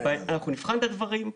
אנחנו נבחן את הדברים,